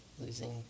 losing